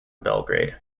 belgrade